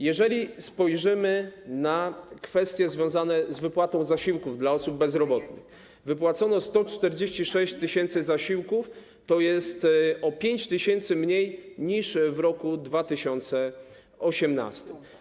Jeżeli spojrzymy na kwestie związane z wypłatą zasiłków dla osób bezrobotnych, to wypłacono 146 tys. zasiłków, to jest o 5 tys. mniej niż w roku 2018.